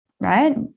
right